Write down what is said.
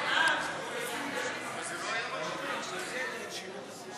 אבל זה לא כתוב.